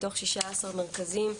מתוך 16 מרכזים,